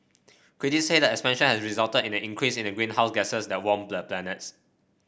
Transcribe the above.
critics say the expansion has resulted in an increase in the greenhouse gases that warm the planets